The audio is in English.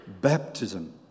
Baptism